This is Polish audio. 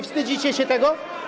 Wstydzicie się tego?